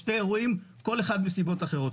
שי אירועים כל אחד מסיבות אחרות.